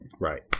Right